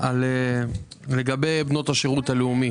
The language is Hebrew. שאלה לגבי בנות השירות הלאומי.